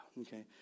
okay